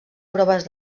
proves